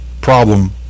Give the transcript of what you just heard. problem